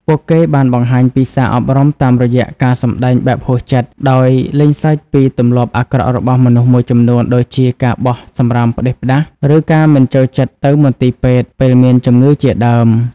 ពួកគេបានបង្ហាញពីសារអប់រំតាមរយៈការសម្ដែងបែបហួសចិត្ត ដោយលេងសើចពីទម្លាប់អាក្រក់របស់មនុស្សមួយចំនួន ដូចជាការបោះសំរាមផ្ដេសផ្ដាស ឬការមិនចូលចិត្តទៅមន្ទីរពេទ្យពេលមានជំងឺជាដើម។